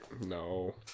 No